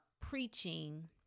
preaching